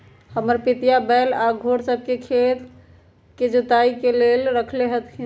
हमर पितिया बैल आऽ घोड़ सभ के खेत के जोताइ के लेल रखले हथिन्ह